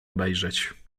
obejrzeć